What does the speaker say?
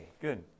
Good